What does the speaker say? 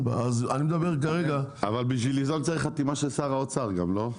אבל בשביל ליזום צריך חתימה של שר האוצר גם לא?